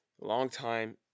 Long-time